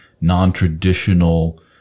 non-traditional